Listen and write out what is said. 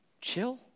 chill